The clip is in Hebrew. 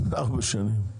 ארבע שנים,